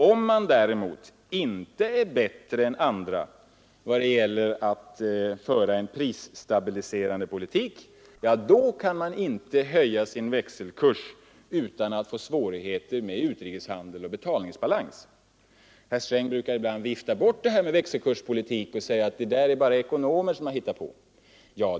Om man däremot inte är bättre än andra när det gäller att föra en prisstabiliserande politik kan man inte höja sin växelkurs utan att få svårigheter med utrikeshandel och betalningsbalans. Herr Sträng brukar ibland vifta bort betydelsen av en självständig växelkurspolitik och säga: Det där är det bara ekonomer som har hittat på.